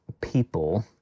people